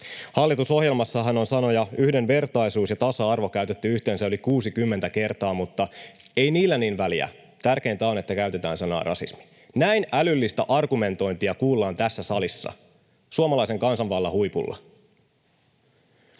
Hallitusohjelmassahan on sanoja ”yhdenvertaisuus” ja ”tasa-arvo” käytetty yhteensä yli 60 kertaa, mutta ei niillä niin väliä — tärkeintä on, että käytetään sanaa ”rasismi”. Näin älyllistä argumentointia kuullaan tässä salissa, suomalaisen kansanvallan huipulla.